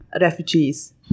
refugees